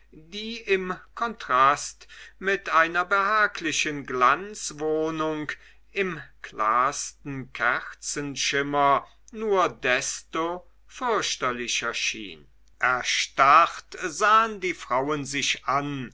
die im kontrast mit einer behaglichen glanzwohnung im klarsten kerzenschimmer nur desto fürchterlicher schien erstarrt sahen die frauen sich an